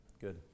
good